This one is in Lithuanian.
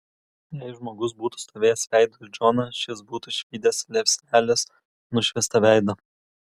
jei žmogus būtų stovėjęs veidu į džoną šis būtų išvydęs liepsnelės nušviestą veidą